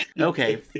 Okay